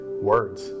Words